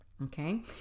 Okay